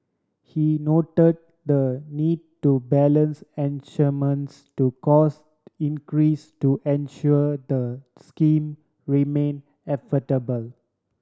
he note the need to balance to cost increase to ensure the scheme remain affordable